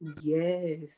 Yes